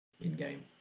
in-game